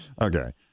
Okay